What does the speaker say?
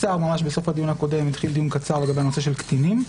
בסוף הדיון הקודם התחיל דיון קצר לגבי הנושא של קטינים,